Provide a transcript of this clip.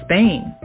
Spain